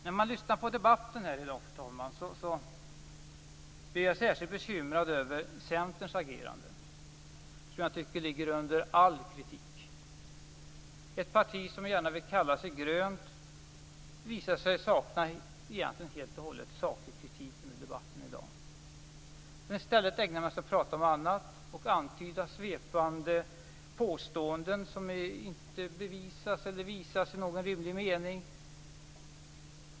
När jag lyssnar på debatten i dag, fru talman, blir jag särskilt bekymrad över Centerns agerande. Jag tycker att det är under all kritik. Ett parti som gärna vill kalla sig grönt visar sig helt och hållet sakna saklig kritik i debatten i dag. I stället ägnar man sig åt att prata om annat och åt antydningar och svepande påståenden som inte bevisas i någon rimlig mening.